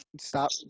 Stop